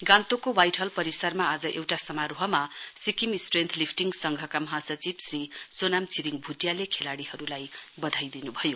गान्तोकको white hall परिसरमा आज एउटा समारोहमा सिक्किम स्ट्रेन्थ लिफ्टिङ संघका महासचिव श्री सोनाम छिरिङ भूटियाले खेलाडीहरूलाई बधाई दिनुभयो